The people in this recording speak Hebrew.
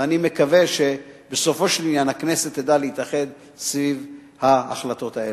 ואני מקווה שבסופו של עניין הכנסת תדע להתאחד סביב ההחלטות האלה.